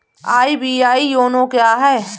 SBI YONO क्या है?